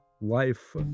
life